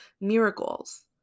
miracles